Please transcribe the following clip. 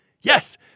yes